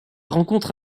rencontre